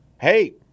hey